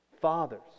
Fathers